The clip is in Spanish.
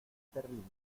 terribles